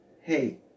hey